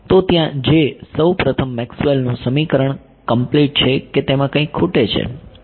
તો ત્યાં સૌ પ્રથમ મેક્સવેલનું સમીકરણ કમ્પ્લીટ છે કે તેમાં કંઈક ખૂટે છે